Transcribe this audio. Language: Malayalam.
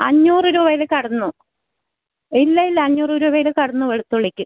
അഞ്ഞൂറ് രൂപയിൽ കടന്നു ഇല്ലയില്ല അഞ്ഞൂറ് രൂപേടെ കടന്നു വെളുത്തുള്ളിക്ക്